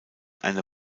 eine